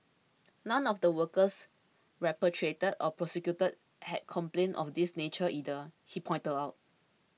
none of the workers repatriated or prosecuted had complaints of this nature either he pointed out